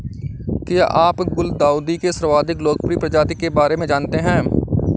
क्या आप गुलदाउदी के सर्वाधिक लोकप्रिय प्रजाति के बारे में जानते हैं?